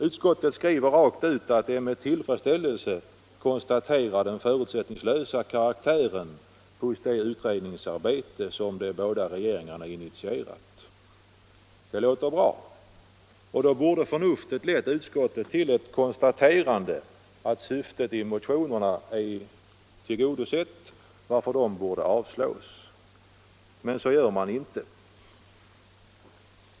Utskottet skriver rakt ut att det med tillfredsställelse konstaterar den förutsättningslösa karaktären hos det utredningsarbete som de båda regeringarna har initierat. Öresundsförbin Detta låter bra, och då borde förnuftet ha lett utskottet till ett konsta — delserna terande att syftet i motionerna synes vara tillgodosett varför de borde avslås. Så gör utskottet emellertid inte.